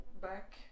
back